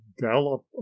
gallop